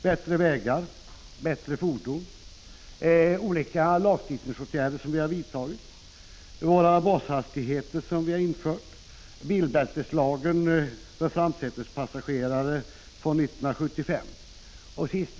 Bättre vägar, bättre fordon, olika lagstiftningsåtgärder som vi har vidtagit, införandet av bashastigheter och lagen om bilbältes tvång för framsätespassagerare från 1975 är några av dem.